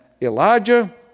Elijah